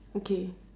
okay